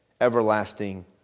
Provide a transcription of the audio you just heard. everlasting